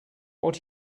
what